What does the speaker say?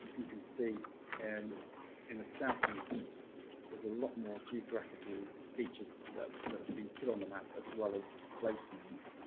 you can see and in the south and east there's a lot more geographical features that that have been put on the map, as well as place names.